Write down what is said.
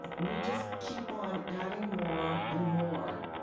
we just keep on adding more and more.